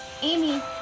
Amy